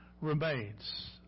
remains